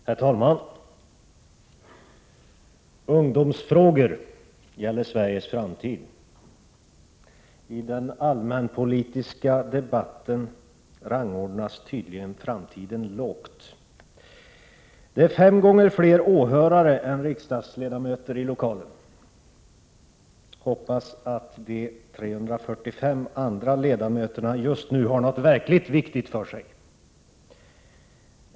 Herr talman! Ungdomsfrågor gäller Sveriges framtid. I den allmänpolitiska debatten rangordnas tydligen framtiden lågt. Det är fem gånger fler åhörare än riksdagsledamöter i lokalen. Jag hoppas att de övriga 345 ledamöterna just nu har något verkligt viktigt för sig.